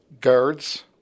guards